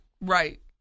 Right